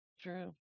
True